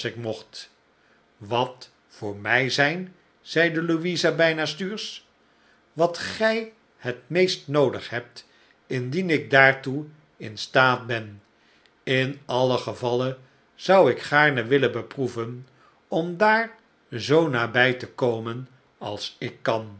mocht wat voor mij zijn zeide louisa bijna stuursch wat gij het meest noodig hebt indien ik daartoe in staat ben in alien gevalle zou ik gaarne willen beproeven om daar zoo nabij te komen als ik kan